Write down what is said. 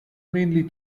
mainly